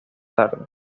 tardes